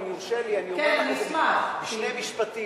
אם יורשה לי אני אומַר לך את זה בשני משפטים.